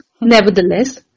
Nevertheless